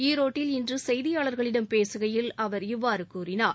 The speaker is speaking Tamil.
ஈரோட்டில் இன்று செய்தியாளர்களிடம் பேசுகையில் அவர் இவ்வாறு கூறினார்